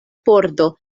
pordo